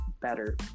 better